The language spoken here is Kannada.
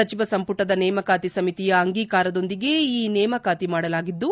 ಸಚಿವ ಸಂಪುಟದ ನೇಮಕಾತಿ ಸಮಿತಿಯ ಅಂಗೀಕಾರದೊಂದಿಗೆ ಈ ನೇಮಕಾತಿ ಮಾಡಲಾಗಿದ್ದು